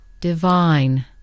divine